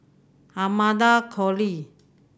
Amanda Koe Lee